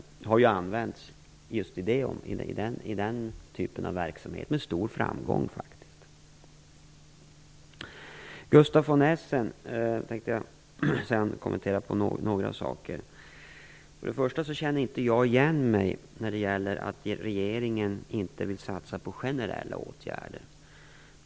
Detta har - med stor framgång faktiskt - använts i den typen av verksamhet. Sedan tänker jag kommentera Gustaf von Essens inlägg på några punkter. Jag känner inte igen mig beträffande detta med att regeringen inte skulle vilja satsa på generella åtgärder.